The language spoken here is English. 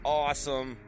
awesome